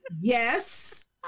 yes